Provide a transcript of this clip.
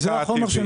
מה זה החומר הזה?